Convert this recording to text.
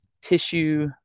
tissue